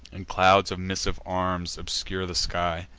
and clouds of missive arms obscure the sky.